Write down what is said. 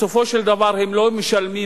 בסופו של דבר הם לא משלמים,